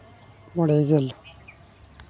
ᱢᱚᱬᱮ ᱜᱮᱞ